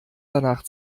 danach